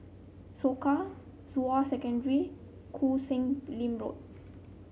Soka Zhonghua Secondary Koh Sek Lim Road